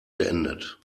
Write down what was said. beendet